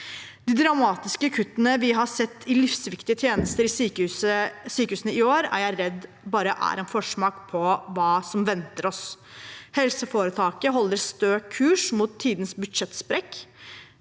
De dramatiske kuttene vi har sett i livsviktige tjenester i sykehusene i år, er jeg redd bare er en forsmak på hva som venter oss. Helseforetaket holder stø kurs mot tidenes budsjettsprekk.